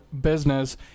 business